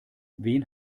wen